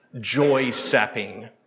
joy-sapping